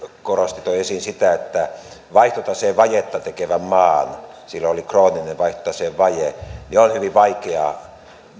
toi esiin sitä että vaihtotaseen vajetta tekevän maan silloin oli krooninen vaihtotaseen vaje on hyvin vaikeaa